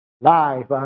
life